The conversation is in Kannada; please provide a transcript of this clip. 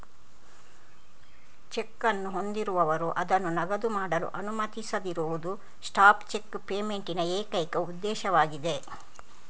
ಚೆಕ್ ಅನ್ನು ಹೊಂದಿರುವವರು ಅದನ್ನು ನಗದು ಮಾಡಲು ಅನುಮತಿಸದಿರುವುದು ಸ್ಟಾಪ್ ಚೆಕ್ ಪೇಮೆಂಟ್ ನ ಏಕೈಕ ಉದ್ದೇಶವಾಗಿದೆ